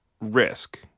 risk